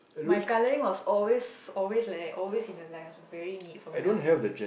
my colouring was always always like that always in the line I was very neat from young